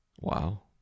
Wow